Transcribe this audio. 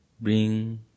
bring